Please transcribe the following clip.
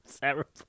Terrible